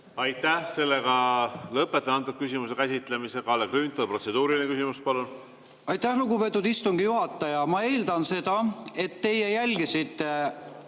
Aitäh! Lõpetan selle küsimuse käsitlemise. Kalle Grünthal, protseduuriline küsimus, palun! Aitäh, lugupeetud istungi juhataja! Ma eeldan seda, et teie jälgisite